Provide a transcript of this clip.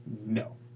No